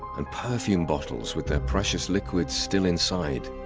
and perfume bottles with their precious liquid still inside